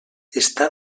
està